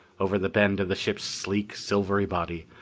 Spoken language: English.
over the bend of the ship's sleek, silvery body,